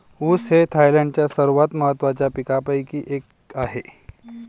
ऊस हे थायलंडच्या सर्वात महत्त्वाच्या पिकांपैकी एक आहे